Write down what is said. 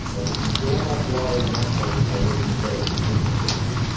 like, if you dam up water in one place by making a set of institutional changes,